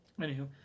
Anywho